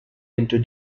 into